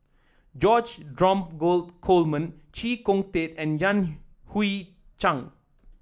George Dromgold Coleman Chee Kong Tet and Yan Hui Chang